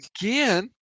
Again